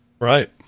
Right